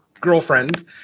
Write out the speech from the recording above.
girlfriend